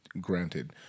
granted